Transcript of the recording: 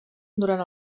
durant